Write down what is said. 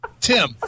Tim